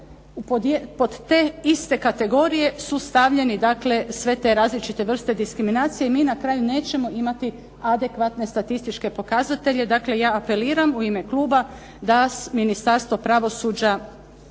pod te iste kategorije su stavljeni dakle sve te različite vrste diskriminacije i mi na kraju nećemo imati adekvatne statističke pokazatelja. Dakle ja apeliram u ime kluba da Ministarstvo pravosuđa